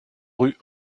rue